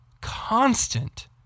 constant